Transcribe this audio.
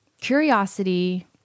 curiosity